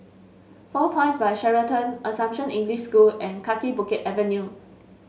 Four Points By Sheraton Assumption English School and Kaki Bukit Avenue